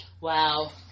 wow